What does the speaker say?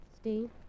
Steve